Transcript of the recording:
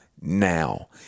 now